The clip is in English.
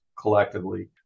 collectively